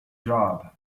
job